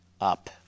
up